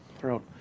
throat